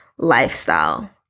lifestyle